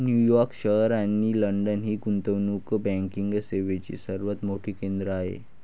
New York शहर आणि London ही गुंतवणूक बँकिंग सेवांची सर्वात मोठी केंद्रे आहेत